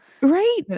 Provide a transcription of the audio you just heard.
Right